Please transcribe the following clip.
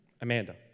Amanda